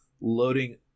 loading